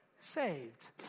Saved